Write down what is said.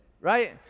right